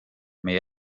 meie